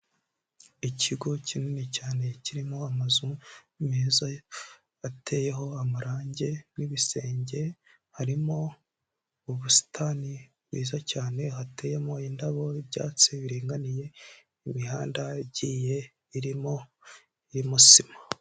Ikigo kinini cyane kirimo amazu meza ateyeho amarange n'ibisenge, harimo ubusitani bwiza cyane hateyemo indabo n'ibyatsi biringaniye, imihanda igiye irimo sima.